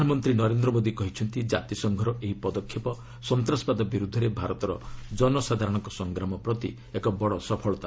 ପ୍ରଧାନମନ୍ତ୍ରୀ ନରେନ୍ଦ୍ର ମୋଦି କହିଛନ୍ତି ଜାତିସଂଘର ଏହି ପଦକ୍ଷେପ ସନ୍ତାସବାଦ ବିରୁଦ୍ଧରେ ଭାରତର କନସାଧାରଣଙ୍କ ସଂଗ୍ରାମ ପ୍ରତି ଏକ ବଡ଼ ସଫଳତା